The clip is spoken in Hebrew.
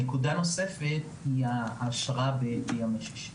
בנוסף, העשרה בימי שישי.